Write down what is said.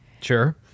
Sure